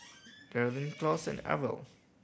Daryn Claus and Arvel